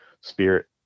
spirit